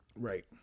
right